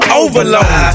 overload